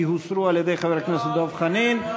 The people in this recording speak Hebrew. כי הן הוסרו על-ידי חבר הכנסת דב חנין,